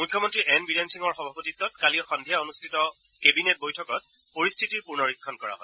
মুখ্যমন্তী এন বীৰেন সিঙৰ সভাপতিত্বত কালি সন্ধিয়া অনুষ্ঠিত কেবিনেট বৈঠকত পৰিস্থিতিৰ পুনৰীক্ষণ কৰা হয়